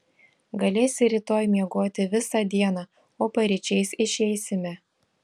galėsi rytoj miegoti visą dieną o paryčiais išeisime